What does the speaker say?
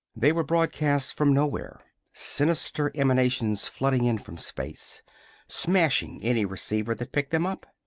they were broadcasts from nowhere sinister emanations flooding in from space smashing any receiver that picked them up.